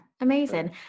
amazing